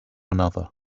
another